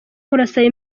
urasaba